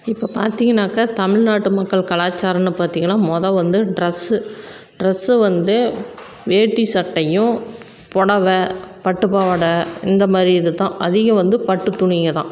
இப்போ பார்த்தீங்கன்னாக்கா தமிழ்நாட்டு மக்கள் கலாச்சாரம்னு பார்த்தீங்கன்னா மொதல் வந்து ட்ரெஸ்ஸு ட்ரெஸ்ஸு வந்து வேட்டி சட்டையும் புடவை பட்டு பாவாடை இந்த மாதிரி இதுதான் அதிகம் வந்து பட்டு துணிங்கள்தான்